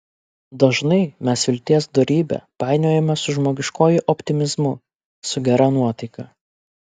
dažnai mes vilties dorybę painiojame su žmogiškuoju optimizmu su gera nuotaika